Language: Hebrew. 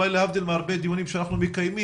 להבדיל אולי מהרבה דיונים אחרים שאנחנו מקיימים,